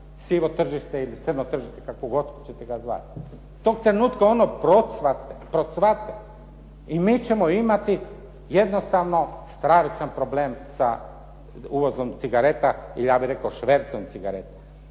sivo tržište ili crno tržište, kako god ćete ga zvati. Tog trenutka ono procvate i mi ćemo imati jednostavno stravičan problem sa uvozom cigareta ili ja bih rekao švercom cigareta.